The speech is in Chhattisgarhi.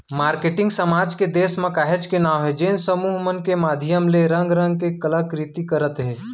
मारकेटिंग समाज के देस म काहेच नांव हे जेन समूह मन के माधियम ले रंग रंग के कला कृति करत हे